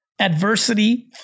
adversity